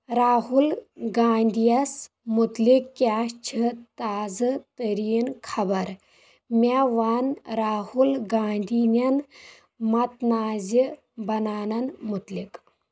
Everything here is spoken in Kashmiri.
راہل گاندھی یس مُتلق کیاہ چھ تازٕ ترین خبر مےٚ ون راہل گاندھی نیٚن متنازعہٕ بنانن مُتلق